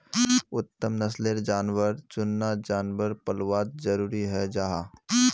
उत्तम नस्लेर जानवर चुनना जानवर पल्वात ज़रूरी हं जाहा